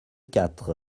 quatre